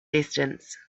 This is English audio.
distance